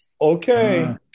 Okay